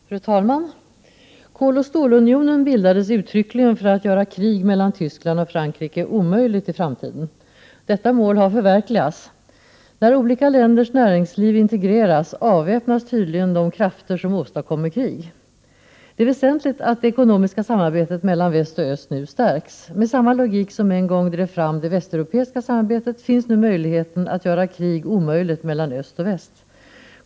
Fru talman! Koloch stålunionen bildades uttryckligen för att göra krig mellan Tyskland och Frankrike omöjligt i framtiden. Detta mål har förverkligats. När olika länders näringsliv integreras avväpnas tydligen de krafter som åstadkommer krig. Det är väsentligt att det ekonomiska samarbetet mellan väst och öst nu stärks. Med samma logik som en gång drev fram det västeuropeiska samarbetet finns nu möjligheten att göra krig omöjligt mellan öst och väst.